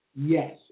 Yes